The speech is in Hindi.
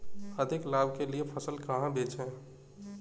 अधिक लाभ के लिए फसल कहाँ बेचें?